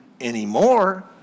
anymore